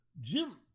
Jim